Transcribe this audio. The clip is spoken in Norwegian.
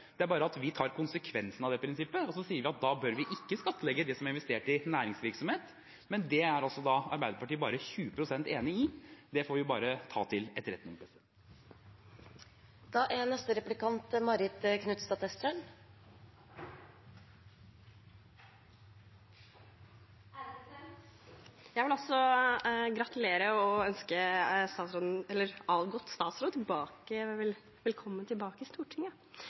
og sier at da bør vi ikke skattlegge det som er investert i næringsvirksomhet. Men det er altså Arbeiderpartiet bare 20 pst. enig i. Det får vi bare ta til etterretning. Jeg vil også gratulere og ønske den avgåtte statsråden velkommen tilbake til Stortinget. Det blir veldig hyggelig å ha et konstruktivt arbeid her, og jeg er glad for innsatsen representanten har gjort på utdanningsfeltet i ulike roller. Stortinget